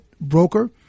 broker